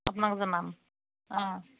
আপোনাক জনাম অঁ